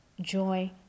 joy